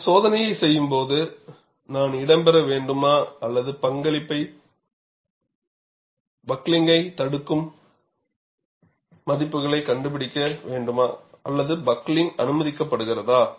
நீங்கள் சோதனையைச் செய்யும்போது நான் இடம் பெற வேண்டுமா அல்லது பக்ளிங்கைத் தடுக்கும் மதிப்புகளைக் கண்டுபிடிக்க வேண்டுமா அல்லது பக்ளிங்க் அனுமதிக்கப்படுகிறதா